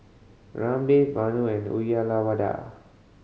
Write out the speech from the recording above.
Ramdev Vanu and Uyyalawada